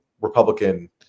Republican